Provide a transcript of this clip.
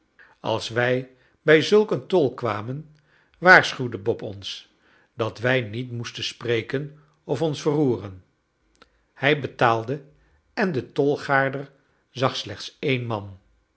als wij bij zulk een tol kwamen waarschuwde bob ons dat wij niet moesten spreken of ons verroeren hij betaalde en de tolgaarder zag slechts één man